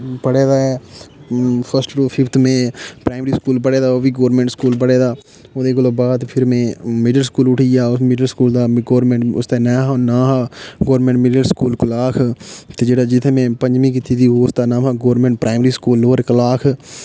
पढ़े दा ऐ फर्स्ट टू फिफ्थ में प्राइमरी स्कूल पढ़े दा ओह् बी गौरमेंट स्कूल पढ़े दा ओह्दे कोला बाद फिर में मिडिल स्कूल उठी आ ओह् मिडिल स्कूल दा गौरमेंट उसदा नांऽ हा गौरमेंट मिडिल स्कूल कोलाख ते जेह्ड़ा जि'त्थें में पंजमी कीती दी उसदा नाम हा गौरमेंट प्राइमरी स्कूल लोअर कलाख ते